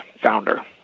founder